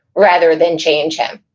rather than change him.